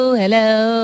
hello